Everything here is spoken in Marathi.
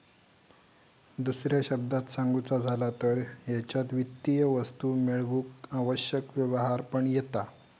दुसऱ्या शब्दांत सांगुचा झाला तर हेच्यात वित्तीय वस्तू मेळवूक आवश्यक व्यवहार पण येता